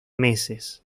meses